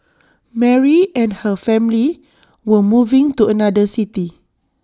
Mary and her family were moving to another city